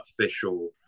official